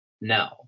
no